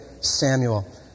Samuel